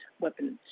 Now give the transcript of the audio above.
weapons